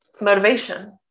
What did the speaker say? motivation